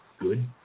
good